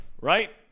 right